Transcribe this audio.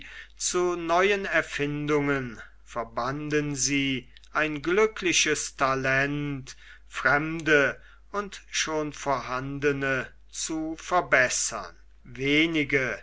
zu neuen erfindungen verbanden sie ein glückliches talent fremde und schon vorhandene zu verbessern wenige